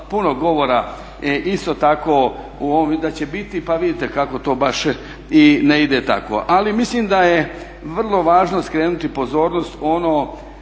puno govora isto tako da će biti pa vidite kako to baš i ne ide tako. Ali mislim da je vrlo važno skrenuti pozornost u onom